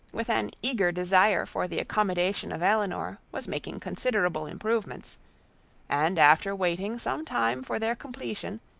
with an eager desire for the accommodation of elinor, was making considerable improvements and after waiting some time for their completion,